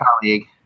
colleague